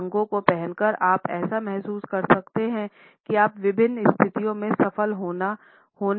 कुछ रंगों को पहनकर आप ऐसा महसूस कर सकते हैं की आप विभिन्न स्थितियों में सफल होने सक्षम हैं